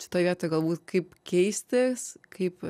šitoj vietoj galbūt kaip keistis kaip